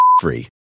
free